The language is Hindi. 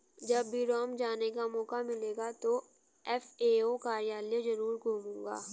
जब भी रोम जाने का मौका मिलेगा तो एफ.ए.ओ कार्यालय जरूर घूमूंगा